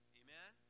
amen